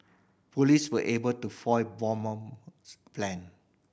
police were able to foil bomber's plan